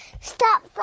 stop